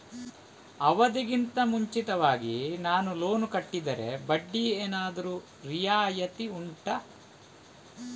ಅವಧಿ ಗಿಂತ ಮುಂಚಿತವಾಗಿ ನಾನು ಲೋನ್ ಕಟ್ಟಿದರೆ ಬಡ್ಡಿ ಏನಾದರೂ ರಿಯಾಯಿತಿ ಉಂಟಾ